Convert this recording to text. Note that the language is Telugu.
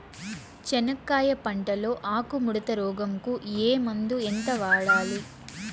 చెనక్కాయ పంట లో ఆకు ముడత రోగం కు ఏ మందు ఎంత వాడాలి?